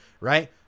right